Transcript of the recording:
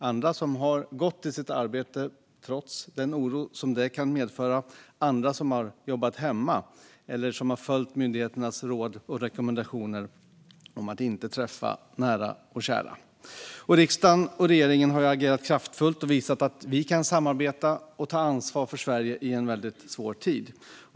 Andra har gått till sitt arbete, trots den oro som detta kan medföra, jobbat hemma eller följt myndigheternas råd och rekommendationer om att inte träffa nära och kära. Och riksdagen och regeringen har agerat kraftfullt och visat att vi kan samarbeta och ta ansvar för Sverige i en svår tid.